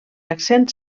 accent